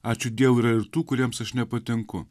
ačiū dievui yra ir tų kuriems aš nepatinku